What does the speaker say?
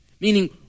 Meaning